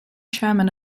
chairman